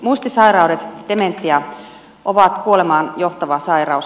muistisairaudet dementia ovat kuolemaan johtava sairaus